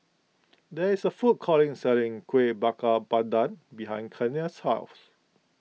there is a food courting selling Kuih Bakar Pandan behind Kenia's house